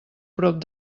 prop